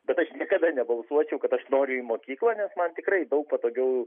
bet aš niekada nebalsuočiau kad aš noriu į mokyklą nes man tikrai daug patogiau